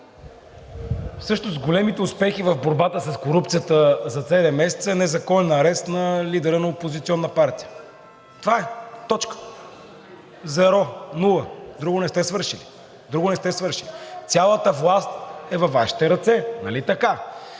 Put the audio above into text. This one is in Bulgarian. всъщност големите успехи в борбата с корупцията за седем месеца са незаконен арест на лидера на опозиционна партия. Това е. Точка. Зеро. Нула. Друго не сте свършили. Друго не сте свършили! Цялата власт е във Вашите ръце, нали така?